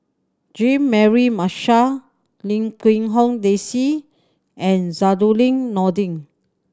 Jean Mary Marshall Lim Quee Hong Daisy and Zainudin Nordin